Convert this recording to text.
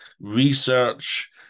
research